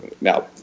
now